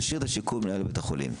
תשאיר את השיקול למנהל בית החולים.